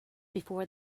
before